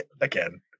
again